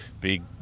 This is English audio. big